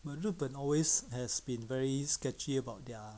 but 日本 always has been very sketchy about their